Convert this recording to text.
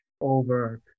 over